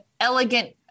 elegant